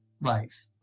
life